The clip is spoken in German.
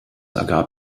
ergab